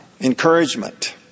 encouragement